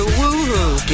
woo-hoo